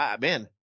man